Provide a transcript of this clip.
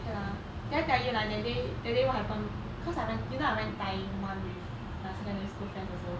K lah then I tell you like that day that day what happened cause I went you know I went diving [one] with my secondary school friends also